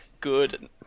good